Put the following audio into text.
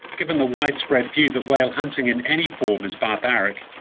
given the widespread view that whale hunting in any form is barbaric,